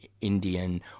Indian